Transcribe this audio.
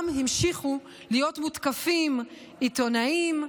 גם המשיכו להיות מותקפים עיתונאים,